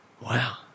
wow